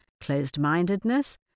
closed-mindedness